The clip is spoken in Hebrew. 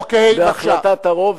בהחלטת הרוב,